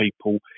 people